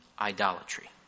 idolatry